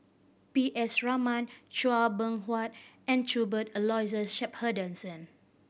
P S Raman Chua Beng Huat and Cuthbert Aloysius Shepherdson